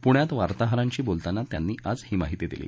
पुण्यात वार्ताहरांशी बोलताना त्यांनी आज ही माहिती दिली